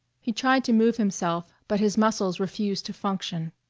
he tried to move himself but his muscles refused to function.